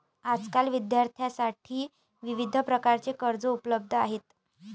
आजकाल विद्यार्थ्यांसाठी विविध प्रकारची कर्जे उपलब्ध आहेत